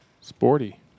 Sporty